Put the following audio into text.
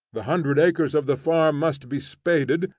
the hundred acres of the farm must be spaded,